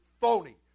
phony